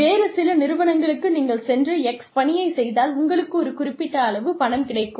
வேறு சில நிறுவனங்களுக்கு நீங்கள் சென்று x பணியைச் செய்தால் உங்களுக்கு ஒரு குறிப்பிட்ட அளவு பணம் கிடைக்கும்